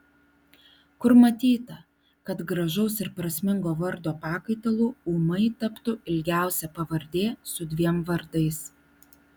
kur matyta kad gražaus ir prasmingo vardo pakaitalu ūmai taptų ilgiausia pavardė su dviem vardais